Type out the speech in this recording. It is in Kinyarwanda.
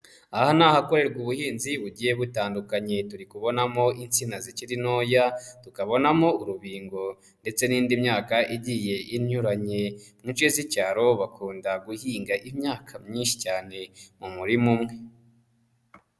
aha ni ahakorerwa ubuhinzi bugiye butandukanye, turi kubonamo insina zikiri ntoya, tukabonamo urubingo, ndetse n'indi myaka igiye inyuranye. Mu nce z'icyaro bakunda guhinga imyaka myinshi cyane, mu murima umwe.